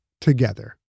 together